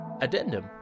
Addendum